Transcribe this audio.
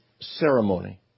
ceremony